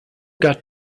got